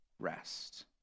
rest